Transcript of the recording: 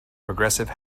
progressive